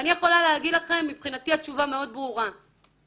מבחינתי התשובה מאוד ברורה.